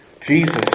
Jesus